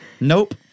nope